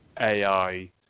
AI